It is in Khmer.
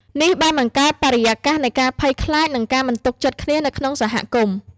នេះបានបង្កើតបរិយាកាសនៃការភ័យខ្លាច និងការមិនទុកចិត្តគ្នានៅក្នុងសហគមន៍។